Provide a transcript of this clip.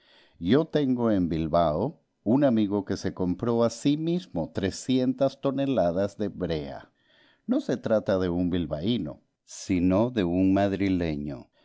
yo tengo en bilbao un amigo que se compró a sí mismo trescientas toneladas de brea no se trata de un bilbaíno sino de un madrileño